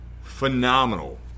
phenomenal